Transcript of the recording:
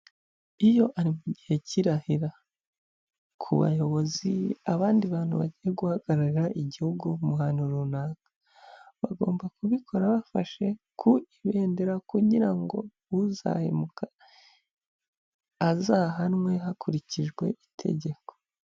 Iyo ari mu gihe cy'irahira, ku bayobozi, abandi bantu bagiye guhagararira igihugu mu hantu runaka bagomba kubikora bafashe ku ibendera, kugira ngo uzahemuka azahanwe hakurikijwe itegeko.